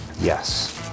yes